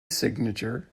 signature